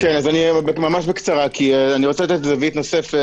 אז אני אתייחס ככה בקצרה, כמו שהתבקש.